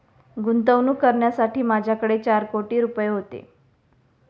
गुंतवणूक करण्यासाठी माझ्याकडे चार कोटी रुपये होते